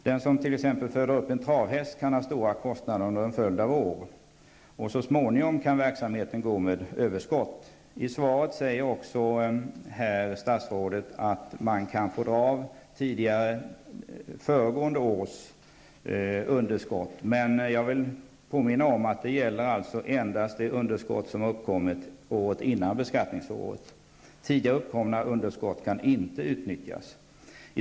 Den som föder upp en travhäst kan ha stora kostnader, men så småningom kan verksamheten gå med överskott. I svaret sade statsrådet att man kan få dra av föregående års underskott, men jag vill påminna om att det gäller endast det underskott som uppkommit året innan beskattningsåret. Tidigare uppkomna underskott kan inte utnyttjas.